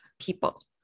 people